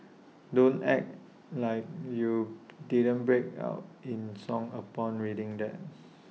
don't act like you didn't break out in song upon reading that